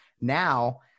now